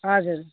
हजुर